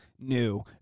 New